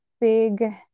big